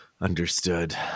understood